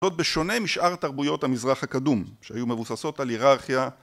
זאת בשונה משאר תרבויות המזרח הקדום שהיו מבוססות על היררכיה